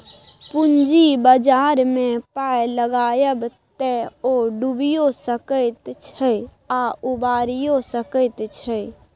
पूंजी बाजारमे पाय लगायब तए ओ डुबियो सकैत छै आ उबारियौ सकैत छै